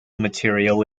material